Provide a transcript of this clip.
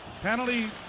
penalty